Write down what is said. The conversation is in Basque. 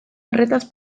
horretaz